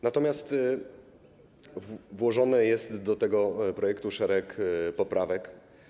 Natomiast włożony jest do tego projektu szereg poprawek.